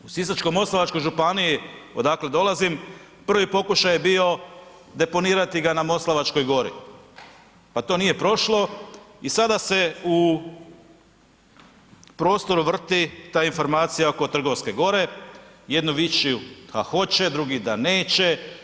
U Sisačko-moslavačkoj županiji odakle dolazim prvi pokušaj je bio deponirati ga na Moslavačkoj Gori, pa to nije prošlo i sada se u prostoru vrti ta informacija oko Trgovske Gore, jedno vičju da hoće, drugi da neće.